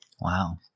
Wow